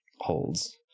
holds